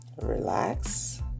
relax